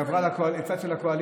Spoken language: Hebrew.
היא עברה לצד של האופוזיציה.